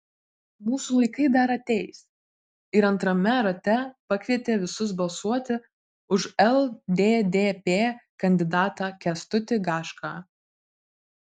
mūsų laikai dar ateis ir antrame rate pakvietė visus balsuoti už lddp kandidatą kęstutį gašką